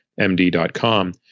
md.com